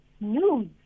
news